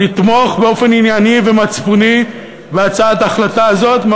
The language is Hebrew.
לתמוך באופן ענייני ומצפוני בהצעת ההחלטה הזאת,